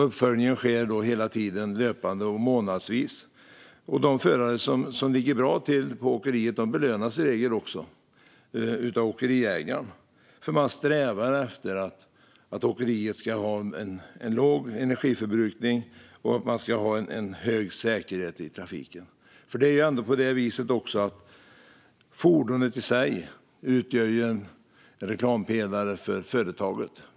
Uppföljning sker hela tiden löpande och månadsvis, och de förare som ligger bra till på åkeriet belönas i regel av åkeriägaren därför att man strävar efter att åkeriet ska ha en låg energiförbrukning och en hög säkerhet i trafiken. Fordonet i sig utgör en reklampelare för företaget.